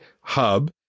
hub